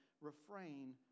refrain